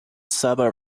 saba